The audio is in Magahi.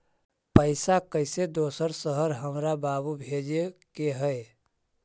पैसा कैसै दोसर शहर हमरा बाबू भेजे के है?